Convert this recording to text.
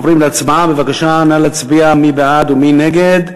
חברים, נא להצביע מי בעד ומי נגד.